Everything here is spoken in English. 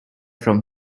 from